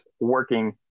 working